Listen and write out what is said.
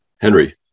Henry